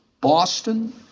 Boston